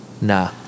Nah